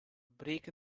break